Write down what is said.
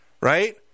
Right